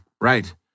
right